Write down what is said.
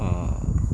ah